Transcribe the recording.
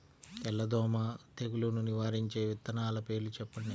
తెల్లదోమ తెగులును నివారించే విత్తనాల పేర్లు చెప్పండి?